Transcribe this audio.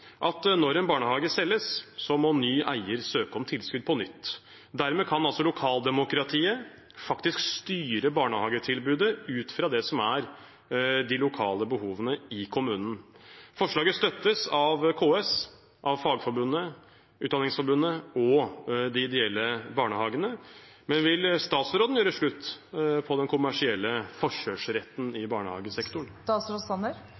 at når en barnehage selges, må ny eier søke om tilskudd på nytt. Dermed kan altså lokaldemokratiet faktisk styre barnehagetilbudet ut fra det som er de lokale behovene i kommunen. Forslaget støttes av KS, av Fagforbundet, Utdanningsforbundet og de ideelle barnehagene. Men vil statsråden gjøre slutt på den kommersielle forkjørsretten